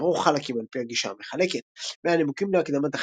תיארוך החלקים על פי הגישה המחלקת בין הנימוקים להקדמת